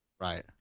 right